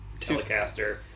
Telecaster